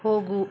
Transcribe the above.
ಹೋಗು